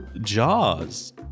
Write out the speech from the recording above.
Jaws